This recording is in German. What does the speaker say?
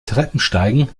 treppensteigen